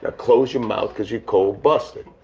ah close your mouth because you're cold busted.